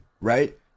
right